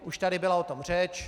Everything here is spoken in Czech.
Už tady byla o tom řeč.